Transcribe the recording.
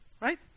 right